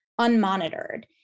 unmonitored